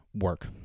work